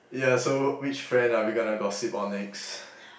yeah so which friend are we gonna gossip on next